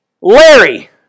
Larry